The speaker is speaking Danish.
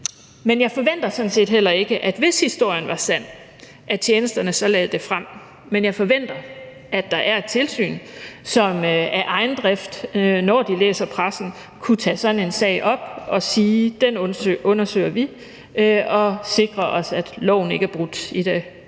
Men jeg forventer sådan set heller ikke, hvis historien var sand, at tjenesterne så lagde det frem, men jeg forventer, at der er et tilsyn som af egen drift, når de læser pressen, kunne tage sådan en sag op og sige: Den undersøger vi for at sikre os, at loven ikke er brudt i det